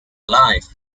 live